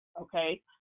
okay